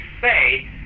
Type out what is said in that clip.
say